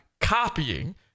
copying